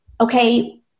okay